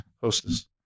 Hostess